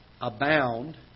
Abound